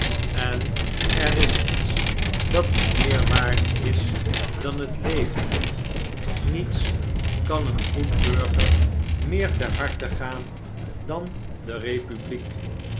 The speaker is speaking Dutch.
en er is iets dat u meer waard is dan het leven niets kan een goed burger meer ter harte gaan dan de republiek